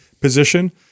position